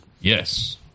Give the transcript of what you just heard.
yes